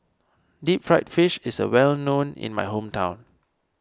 Deep Fried Fish is well known in my hometown